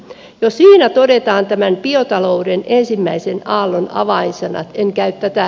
jo siinä todetaan tämän biotalouden ensimmäisen aallon avainsanat